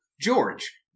George